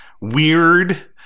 weird